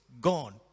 gone